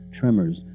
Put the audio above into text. tremors